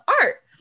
art